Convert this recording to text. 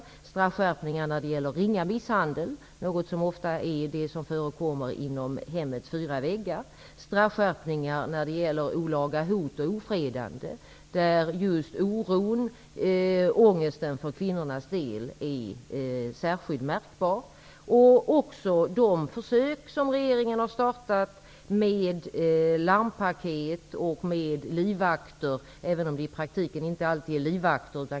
Det gäller straffskärpningar när det gäller ringa misshandel -- något som ofta förekommer inom hemmets fyra väggar -- och straffskärpningar när det gäller olaga hot och ofredande. Där är oron och ångesten särskilt märkbar för kvinnornas del. Regeringen har också startat försök med larmpaket och livvakter, även om det i praktiken inte alltid är livvakter.